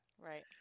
Right